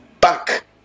back